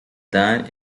dan